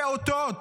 פעוטות.